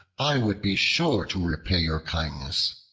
i would be sure to repay your kindness.